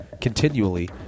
continually